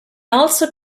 also